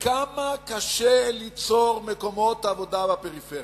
כמה קשה ליצור מקומות עבודה בפריפריה.